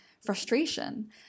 frustration